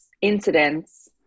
incidents